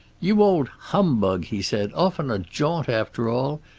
you old humbug! he said. off on a jaunt after all!